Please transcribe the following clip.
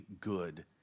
good